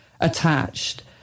attached